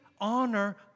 honor